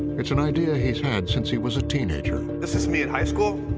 it's an idea he's had since he was a teenager. this is me in high school.